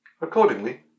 Accordingly